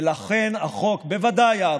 ולכן החוק בוודאי יעבור.